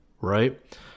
right